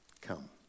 Come